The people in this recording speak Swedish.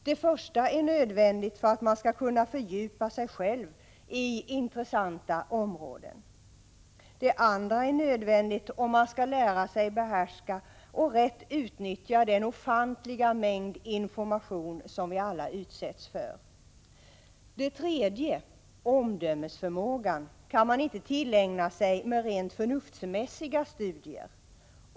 Det första är nödvändigt för att man skall kunna fördjupa sig själv i intressanta områden. Det andra är nödvändigt om man skall lära sig behärska och rätt utnyttja den ofantliga mängd information som vi alla utsätts för. Det tredje, omdömesförmågan, kan man inte tillägna sig med rent förnuftsmässiga studier.